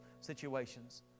situations